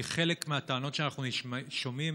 כי חלק מהטענות שאנחנו שומעים